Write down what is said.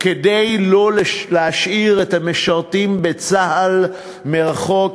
כדי שלא להשאיר את המשרתים בצה"ל מאחור.